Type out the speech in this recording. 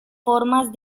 formas